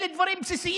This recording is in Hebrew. אלה דברים בסיסיים.